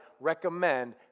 recommend